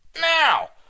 Now